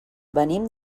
venim